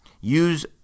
Use